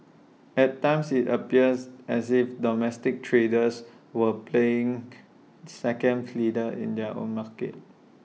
at times IT appears as if domestic traders were playing second fiddle in their own market